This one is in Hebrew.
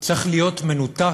צריך להיות מנותק